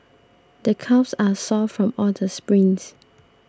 the calves are sore from all the sprints